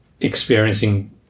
experiencing